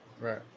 Right